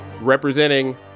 representing